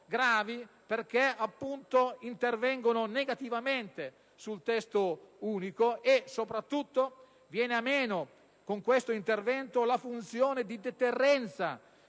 gravi, perché intervengono negativamente sul Testo unico. Soprattutto viene meno, con questo intervento, la funzione di deterrenza